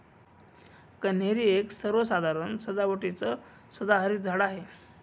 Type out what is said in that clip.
कन्हेरी एक सर्वसाधारण सजावटीचं सदाहरित झाड आहे